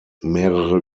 mehrere